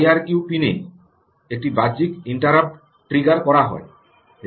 IRQ পিনে একটি বাহ্যিক ইন্টারাপ্ট ট্রিগার করা হয়